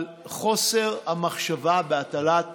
על חוסר המחשבה בהטלת